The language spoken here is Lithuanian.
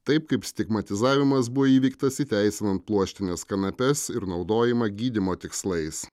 taip kaip stigmatizavimas buvo įveiktas įteisinant pluoštines kanapes ir naudojimą gydymo tikslais